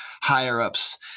higher-ups